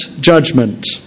judgment